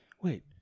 Wait